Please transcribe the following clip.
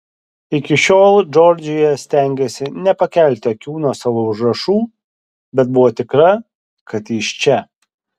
iki šiol džordžija stengėsi nepakelti akių nuo savo užrašų bet buvo tikra kad jis čia